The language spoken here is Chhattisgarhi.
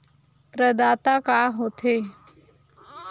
प्रदाता का हो थे?